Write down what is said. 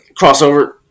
crossover